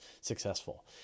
successful